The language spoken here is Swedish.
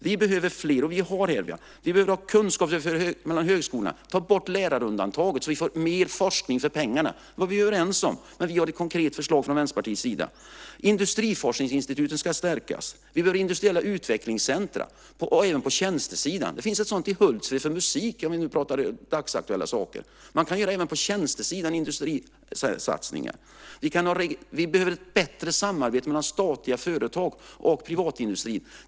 Vi behöver kunskap om detta på högskolorna, och vi vill ha mer forskning för pengarna. Det är vi överens om. Här har vi ett konkret förslag från Vänsterpartiets sida. Industriforskningsinstitutet ska stärkas. Vi behöver industriella utvecklingscentrum även på tjänstesidan. Det finns ett sådant för musik i Hultsfred, för att prata dagsaktuella saker. Man kan göra sådana satsningar även på tjänstesidan. Vi behöver ett bättre samarbete mellan statliga företag och privatindustrin.